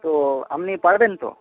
তো আপনি পারবেন তো